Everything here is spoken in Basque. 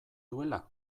duela